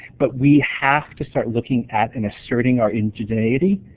but we have to start looking at and asserting our indigeneity.